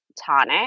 Tonic